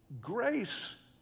Grace